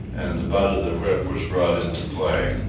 and the butt of the whip was brought into play.